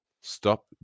stop